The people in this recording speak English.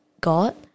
God